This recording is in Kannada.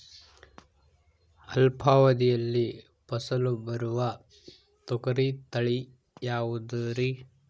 ಅಲ್ಪಾವಧಿಯಲ್ಲಿ ಫಸಲು ಬರುವ ತೊಗರಿ ತಳಿ ಯಾವುದುರಿ?